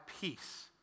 peace